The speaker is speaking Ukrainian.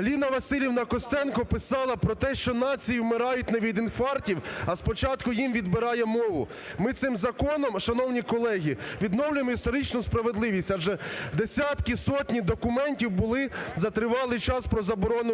Ліна Василівна Костенко писала про те, що нації вмирають не від інфарктів, а спочатку їм відбирає мову. Ми цим законом, шановні колеги, відновлюємо історичну справедливість, адже десятки, сотні документів були за тривалий час про заборону української